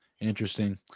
Interesting